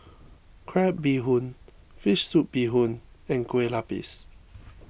Crab Bee Hoon Fish Soup Bee Hoon and Kueh Lapis